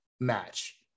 match